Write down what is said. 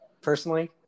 personally